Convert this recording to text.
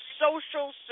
Social